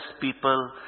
people